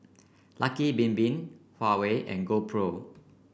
Lucky Bin Bin Huawei and GoPro